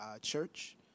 church